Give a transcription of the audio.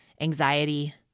anxiety